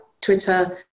Twitter